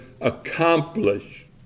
accomplish